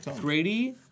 Grady